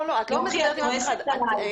אני לא צועקת עליך.